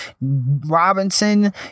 Robinson